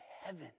heaven